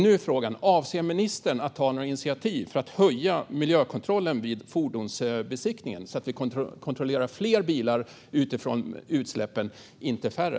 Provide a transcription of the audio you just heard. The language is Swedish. Nu är frågan: Avser ministern att ta några initiativ för att skärpa miljökontrollen vid fordonsbesiktning så att vi kontrollerar fler bilar utifrån utsläppen, inte färre?